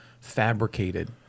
fabricated